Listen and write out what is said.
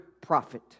prophet